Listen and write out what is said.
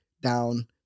down